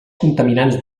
contaminants